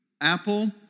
Apple